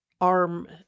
arm